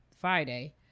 Friday